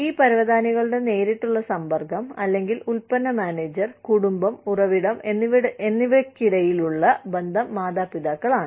ഈ പരവതാനികളുടെ നേരിട്ടുള്ള സമ്പർക്കം അല്ലെങ്കിൽ ഉൽപ്പന്ന മാനേജർ കുടുംബം ഉറവിടം എന്നിവയ്ക്കിടയിലുള്ള ബന്ധം മാതാപിതാക്കൾ ആണ്